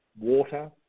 water